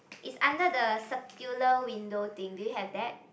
it's under the circular window thing do you have that